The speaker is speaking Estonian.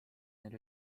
neil